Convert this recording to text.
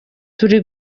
turi